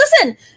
listen